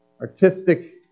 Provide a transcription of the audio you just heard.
artistic